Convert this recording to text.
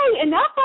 enough